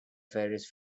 ferris